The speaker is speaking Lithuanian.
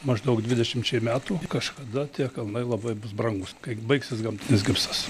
maždaug dvidešimčiai metų kažkada tie kalnai labai bus brangūs kai baigsis gamtinis gipsas